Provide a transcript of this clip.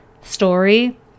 story